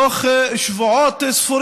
החוק הזה, שתוך שבועות ספורים